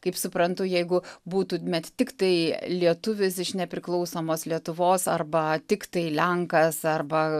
kaip suprantu jeigu būtumėt tiktai lietuvis iš nepriklausomos lietuvos arba tiktai lenkas arba